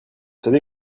savez